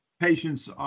Patients